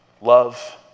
love